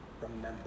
remember